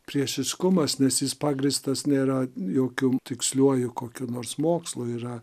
priešiškumas nes jis pagrįstas nėra jokiom tiksliuoju kokiu nors mokslu yra